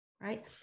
Right